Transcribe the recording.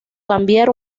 cambiar